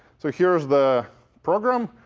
so here's the program.